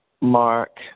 Mark